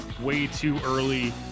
way-too-early